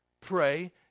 pray